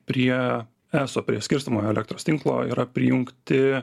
prie eso prie skirstomojo elektros tinklo yra prijungti